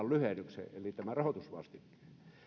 lyhennyksen eli tämän rahoitusvastikkeen